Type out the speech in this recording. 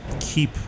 keep